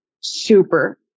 super